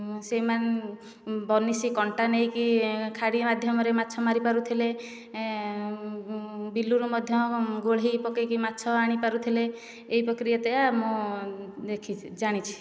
ସେମାନେ ବନିସୀ କଣ୍ଟା ନେଇକି ଖାଡ଼ି ମାଧ୍ୟମରେ ମାଛ ମାରିପାରୁଥିଲେ ବିଲରୁ ମଧ୍ୟ ଗୋଲ୍ହେଇ ପକାଇକି ମାଛ ଆଣି ପାରୁଥିଲେ ଏହି ପ୍ରକ୍ରିୟା ଦ୍ୱାରା ମୁଁ ଦେଖିଛି ଜାଣିଛି